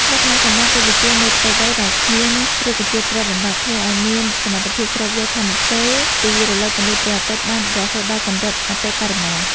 លក្ខណៈសម្បត្តិរូបវិទ្យានៃផ្ទៃដីដែលគ្មានរុក្ខជាតិគ្របដណ្ដប់ ធ្វើឱ្យវាមានសមត្ថភាពស្រូបយកថាមពលពីរលកពន្លឺព្រះអាទិត្យបានរហូតដល់កម្រិតអតិបរមា។